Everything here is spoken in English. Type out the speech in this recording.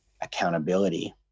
accountability